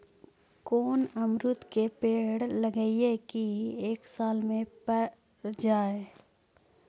कोन अमरुद के पेड़ लगइयै कि एक साल में पर जाएं?